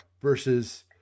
versus